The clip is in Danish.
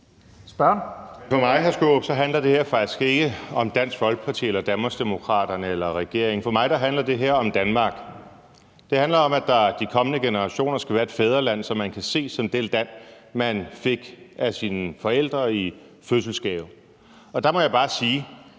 (DF): For mig, hr. Peter Skaarup, handler det her faktisk ikke om Dansk Folkeparti, Danmarksdemokraterne eller regeringen. For mig handler det her om Danmark. Det handler om, at der for de kommende generationer skal være et fædreland, som man kan se som det land, man fik af sine forældre i fødselsgave. Der må jeg bare sige,